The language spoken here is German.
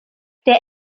der